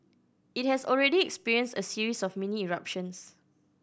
it has already experienced a series of mini eruptions